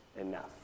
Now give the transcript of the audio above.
enough